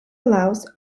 allows